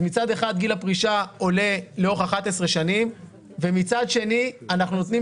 מצד אחד גיל הפרישה עולה לאורך 11 שנים ומצד שני אנחנו נותנים